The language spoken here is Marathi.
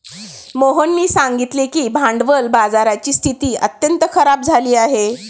मोहननी सांगितले की भांडवल बाजाराची स्थिती अत्यंत खराब झाली आहे